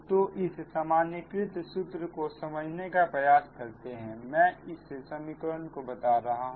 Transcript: तो इसे सामान्यीकृत सूत्र को समझने का प्रयास करते हैं मैं इस समीकरण को बता रहा हूं